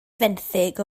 fenthyg